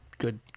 Good